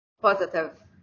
positive